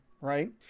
right